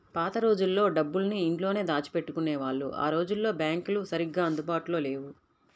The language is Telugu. పాత రోజుల్లో డబ్బులన్నీ ఇంట్లోనే దాచిపెట్టుకునేవాళ్ళు ఆ రోజుల్లో బ్యాంకులు సరిగ్గా అందుబాటులో లేవు